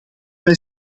wij